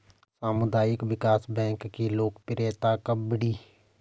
सामुदायिक विकास बैंक की लोकप्रियता कब बढ़ी?